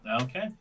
Okay